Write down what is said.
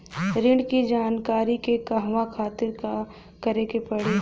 ऋण की जानकारी के कहवा खातिर का करे के पड़ी?